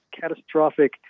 catastrophic